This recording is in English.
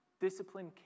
discipline